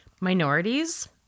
minorities